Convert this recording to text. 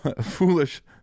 foolish